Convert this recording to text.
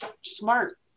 smart